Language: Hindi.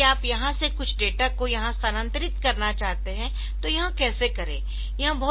अब यदि आप यहाँ से कुछ डेटा को यहाँ स्थानांतरित करना चाहते है तो यह कैसे करें